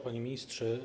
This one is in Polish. Panie Ministrze!